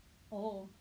oh